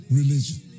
religion